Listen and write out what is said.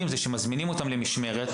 זה שמזמינים אותם למשמרת,